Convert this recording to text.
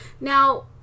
Now